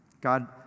God